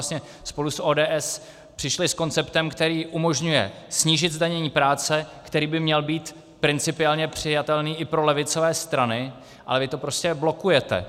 My jsme vlastně spolu s ODS přišli s konceptem, který umožňuje snížit zdanění práce, který by měl být principiálně přijatelný i pro levicové strany, ale vy to prostě blokujete.